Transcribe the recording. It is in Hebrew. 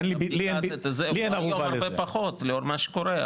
אבל נתיב עובד הרבה פחות לאור מה שקורה,